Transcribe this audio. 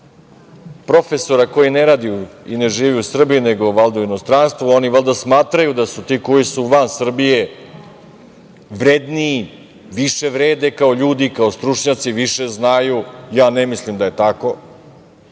profesora koji ne radi i ne živi u Srbiji nego valjda u inostranstvu, a oni valjda smatraju da su ti koji su van Srbije vredniji, više vrede kao ljudi, kao stručnjaci, više znaju, ja ne mislim da je tako,